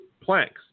planks